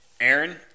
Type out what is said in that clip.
Aaron